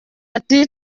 ati